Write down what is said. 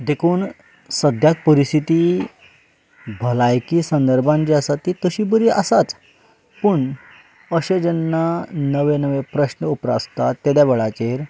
देखून सद्याक परिस्थिती भलायकी संदर्भांत जी आसा ती तशी बरी आसाच पूण अशे जेन्ना नवे नवे प्रस्न उप्रासतात तेद्या वेळाचेर